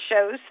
shows